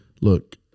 look